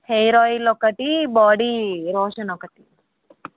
hair oil ఒకటి body lotion ఒకటి